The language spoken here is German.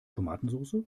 tomatensoße